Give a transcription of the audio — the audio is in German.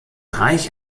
reich